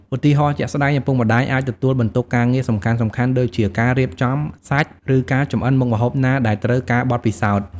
ឧទាហរណ៍ជាក់ស្ដែង ឪពុកម្ដាយ អាចទទួលបន្ទុកការងារសំខាន់ៗដូចជា ការរៀបចំសាច់ ឬការចម្អិនមុខម្ហូបណាដែលត្រូវការបទពិសោធន៍ ។